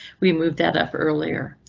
we move that up earlier.